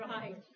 right